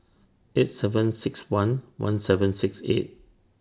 eight seven six one one seven six eight